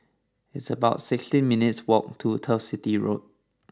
it's about sixteen minutes' walk to Turf City Road